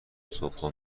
صبحها